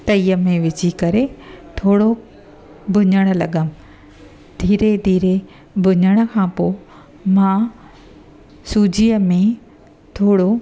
तईअ में विझी करे थोरो भुञणु लॻमि धीरे धीरे भुञण खां पोइ मां सूजीअ में थोरो